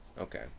Okay